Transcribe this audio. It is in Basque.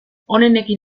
onenekin